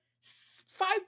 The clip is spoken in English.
five